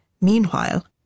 Meanwhile